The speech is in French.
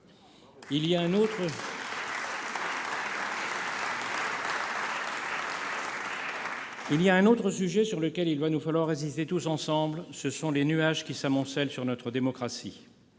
Il y a un autre sujet sur lequel il va nous falloir résister tous ensemble : celui des nuages qui s'amoncellent sur notre démocratie.